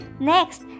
Next